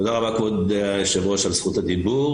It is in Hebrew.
תודה רבה, כבוד היושב-ראש, על זכות הדיבור.